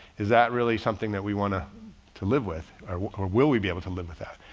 is that really something that we want to to live with or or will we be able to live with that?